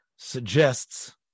suggests